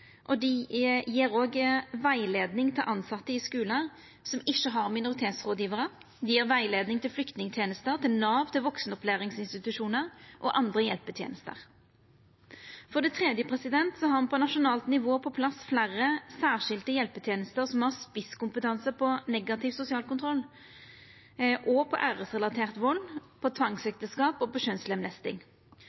til tilsette i skular som ikkje har minoritetsrådgjevarar. Dei gjev rettleiing til flyktningtenester, til Nav, til vaksenopplæringsinstitusjonar og til andre hjelpetenester. For det tredje har me på nasjonalt nivå fått på plass fleire særskilde hjelpetenester som har spisskompetanse på negativ sosial kontroll og på æresrelatert vald, på tvangsekteskap og på kjønnslemlesting. Blant anna gjev det nasjonale, tverretatlege kompetanseteamet mot tvangsekteskap, kjønnslemlesting